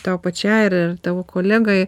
tau pačiai ir ar tavo kolegai